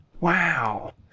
Wow